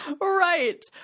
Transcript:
Right